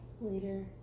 later